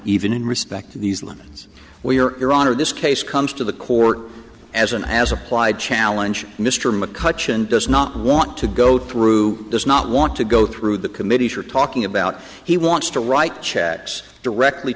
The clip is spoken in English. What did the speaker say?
even in respect to these lines we're honored this case comes to the court as an as applied challenge mr mccutcheon does not want to go through does not want to go through the committees you're talking about he wants to write checks directly